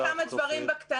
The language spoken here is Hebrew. אני ארחיב עוד כמה דברים בקטנה.